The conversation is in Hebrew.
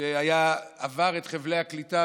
ועבר את חבלי הקליטה,